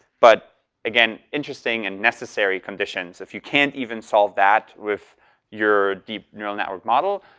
but again, interesting and necessary conditions. if you can't even solve that with your deep neural network model,